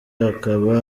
akaba